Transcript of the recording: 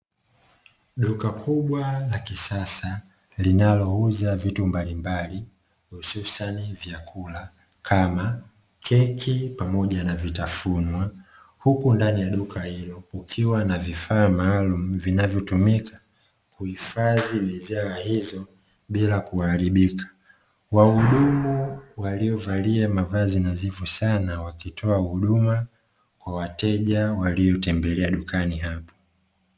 Duka kubwa la kisasa linalouza vitu mbalimbali hususan vyakula kama keki pamoja na vitafunwa huku ndani ya duka hilo ukiwa na vifaa maalumu vinavyotumika kuhifadhi bidhaa hizo bila kuwaharibika wahudumu waliovalia mavazi na zifu sana wakitoa huduma kwa wateja waliotembelea dukani hapa.